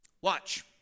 Watch